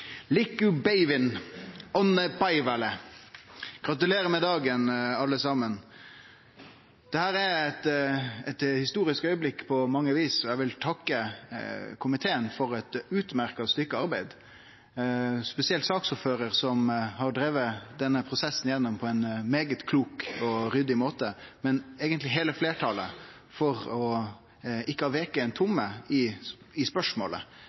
beivvin! Onnee päiväle! Gratulerer med dagen alle saman. Dette er ein historisk augneblink på mange vis. Eg vil takke komiteen for eit utmerkt stykke arbeid, og spesielt saksordføraren, som har drive denne prosessen igjennom på ein svært klok og ryddig måte, men eigentleg heile fleirtalet for ikkje å ha vike ein tomme i spørsmålet.